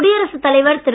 குடியரசுத் தலைவர் திரு